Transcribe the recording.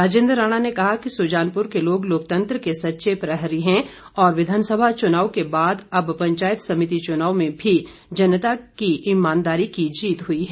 राजेन्द्र राणा ने कहा कि सुजानपुर के लोग लोकतंत्र के सच्चे प्रहरी है और विधानसभा चुनाव के बाद अब पंचायत समिति चुनाव में भी जनता की ईमानदारी की जीत हुई है